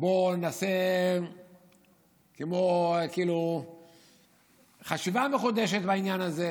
בוא נעשה כאילו חשיבה מחודשת בעניין הזה.